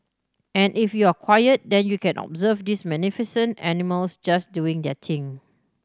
and if you're quiet then you can observe these magnificent animals just doing their thing